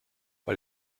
bei